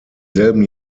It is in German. selben